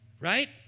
right